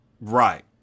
Right